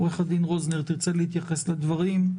עורך הדרין רוזנר, תרצה להתייחס לדברים?